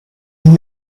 and